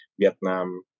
Vietnam